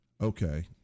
Okay